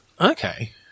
Okay